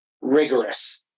rigorous